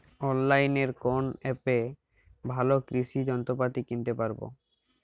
অনলাইনের কোন অ্যাপে ভালো কৃষির যন্ত্রপাতি কিনতে পারবো?